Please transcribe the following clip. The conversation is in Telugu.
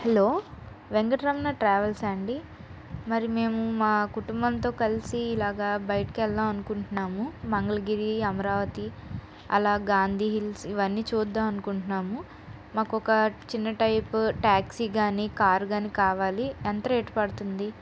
హలో వెంకటరమణ ట్రావెల్సా అండి మరి మేము మా కుటుంబంతో కలిసి ఇలాగా బయటికి వెళ్దాం అనుకుంటున్నాము మంగళగిరి అమరావతి అలా గాంధీ హిల్స్ ఇవన్నీ చూద్దాం అనుకుంటున్నాము మాకు ఒక చిన్న టైపు ట్యాక్సీ కానీ కార్ కానీ కావాలి ఎంత రేటు పడుతుంది